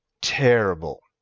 Terrible